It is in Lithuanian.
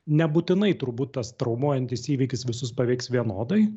nebūtinai turbūt tas traumuojantis įvykis visus paveiks vienodai